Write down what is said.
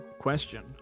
question